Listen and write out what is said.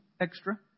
extra